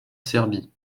serbie